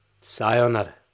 Sayonara